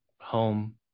home